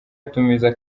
atumiza